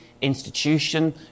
institution